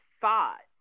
thoughts